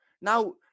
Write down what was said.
Now